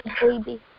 baby